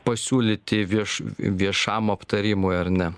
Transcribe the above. pasiūlyti vieš viešam aptarimui ar ne